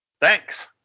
Thanks